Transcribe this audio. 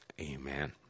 amen